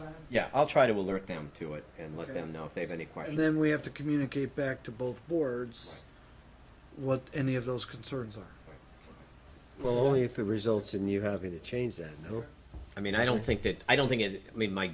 is yeah i'll try to alert them to it and let them know if they find it quite and then we have to communicate back to both boards what any of those concerns are well only if it results in you having to change who i mean i don't think that i don't think it i mean my